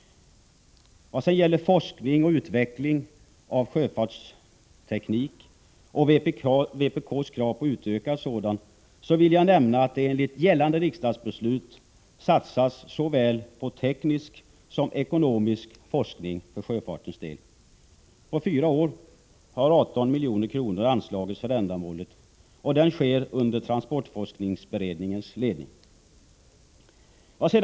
Vad gäller forskning och utveckling av sjöfartsteknik och vpk:s krav på utökad sådan vill jag nämna att det enligt gällande riksdagsbeslut satsas såväl på teknisk som på ekonomisk forskning för sjöfartens del. På fyra år har 18 milj.kr. anslagits för ändamålet, och arbetet sker under transportforskningsberedningens ledning.